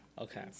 Okay